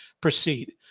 proceed